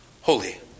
Holy